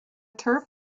turf